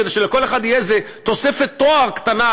כדי שלכל אחד תהיה איזו תוספת תואר קטנה,